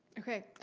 okay,